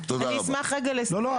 אני התחלתי לומר